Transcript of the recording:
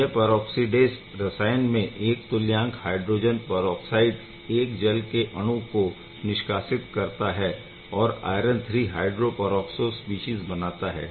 यह परऑक्सीडेस रसायन में 1 तुल्यांक हायड्रोजन परऑक्साइड एक जल के अणु को निष्कासित करता है और आयरन III हायड्रोपरऑक्सो स्पीशीज़ बनाता है